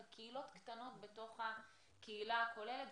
על קהילות קטנות בתוך הקהילה הכוללת.